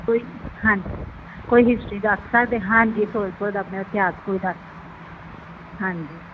ਕੋਈ ਹਾਂਜੀ ਕੋਈ ਹਿਸਟਰੀ ਦੱਸ ਸਕਦੇ ਹਾਂਜੀ ਫਿਰੋਜ਼ਪੁਰ ਦਾ ਆਪਣਾ ਇਤਿਹਾਸ ਕੋਈ ਦੱਸ ਹਾਂਜੀ